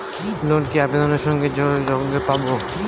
Loan কি আবেদনের সঙ্গে সঙ্গে পাব?